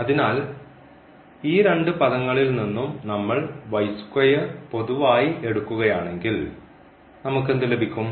അതിനാൽ ഈ രണ്ട് പദങ്ങളിൽ നിന്നും നമ്മൾ പൊതുവായി എടുക്കുകയാണെങ്കിൽ നമുക്ക് എന്ത് ലഭിക്കും